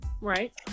Right